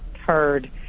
heard